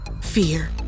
fear